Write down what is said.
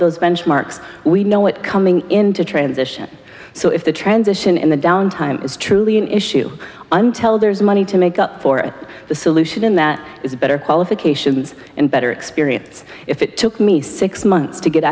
those benchmarks we know what coming into transition so if the transition in the downtime is truly an issue until there's money to make up for it the solution in that is better qualifications better experience if it took me six months to get